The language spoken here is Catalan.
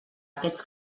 aquests